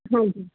ਹਾਂਜੀ